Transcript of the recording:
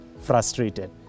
frustrated